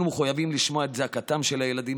אנחנו מחויבים לשמוע את זעקתם של הילדים